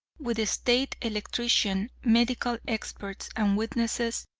with the state electrician, medical experts, and witnesses,